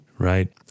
Right